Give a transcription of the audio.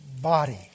body